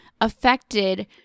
affected